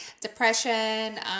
depression